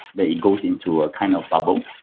that it goes into a kind of bubble,